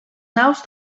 naus